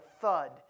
thud